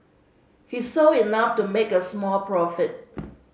he sold enough to make a small profit